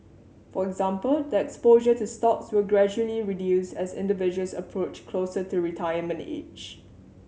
for example the exposure to stocks will gradually reduce as individuals approach closer to retirement age